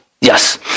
Yes